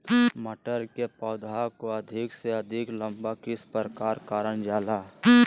मटर के पौधा को अधिक से अधिक लंबा किस प्रकार कारण जाला?